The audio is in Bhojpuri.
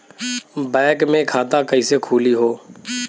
बैक मे खाता कईसे खुली हो?